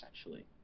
essentially